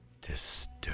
disturb